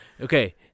Okay